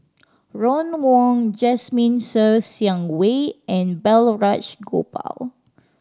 Ron Wong Jasmine Ser Xiang Wei and Balraj Gopal